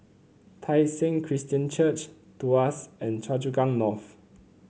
Tai Seng Christian Church Tuas and Choa Chu Kang North